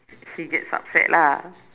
he gets upset lah